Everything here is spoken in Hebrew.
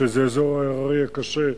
שזה האזור ההררי הקשה,